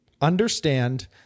Understand